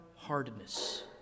Hardness